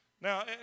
Now